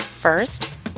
First